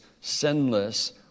sinless